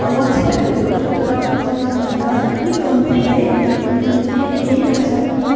WhatsApp पनि use गर्छु तर इन्स्टाग्राम भन्दा अलिक कम्ती है अनि मलाई चाहिँ यही लाग्छ कि